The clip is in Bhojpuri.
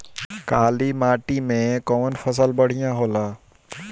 काली माटी मै कवन फसल बढ़िया होला?